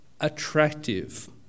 attractive